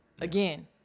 again